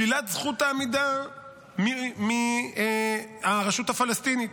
שלילת זכות העמידה מהרשות הפלסטינית.